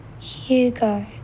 Hugo